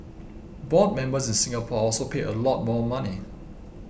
board members in Singapore are also paid a lot more money